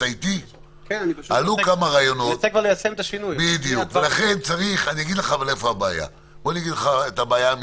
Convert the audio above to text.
אבל אני אגיד לך את הבעיה האמיתית: